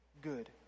good